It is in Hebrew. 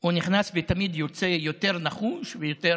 הוא נכנס ותמיד יוצא יותר נחוש, יותר